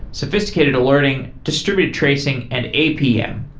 sophisticated alerting, distributed tracing and apm.